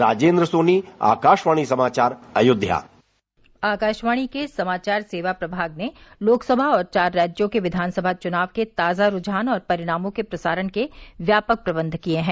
राजेद्र सोनी आकाशवाणी समाचार अयोध्या आकाशवाणी के समाचार सेवा प्रभाग ने लोकसभा और चार राज्यों के विधानसभा चुनाव के ताजा रूझान और परिणामों के प्रसारण के व्यापक प्रबंध किए हैं